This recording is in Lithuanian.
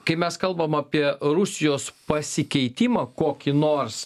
kai mes kalbam apie rusijos pasikeitimą kokį nors